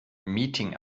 meeting